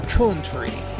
country